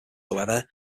however